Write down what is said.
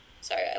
Sorry